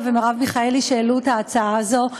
ומרב מיכאלי שהעלו את ההצעה הזאת.